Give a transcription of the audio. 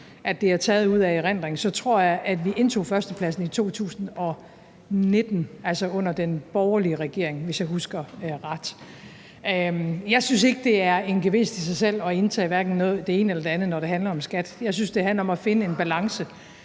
at det er taget ud af erindringen – så tror jeg, at vi indtog førstepladsen i 2019, altså under den borgerlige regering. Jeg synes ikke, at det er en gevinst i sig selv at indtage det ene eller det andet, når det handler om skat. Jeg synes, det handler om at finde en balance